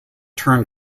turn